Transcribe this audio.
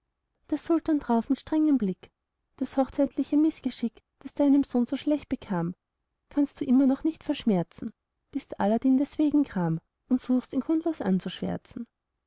der sultan drauf mit strengem blick das hochzeitliche mißgeschick das deinem sohn so schlecht bekam kannst du noch immer nicht verschmerzen bist aladdin deswegen gram und suchst ihn grundlos anzuschwärzen